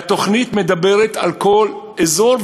והתוכנית מדברת על כל אזור,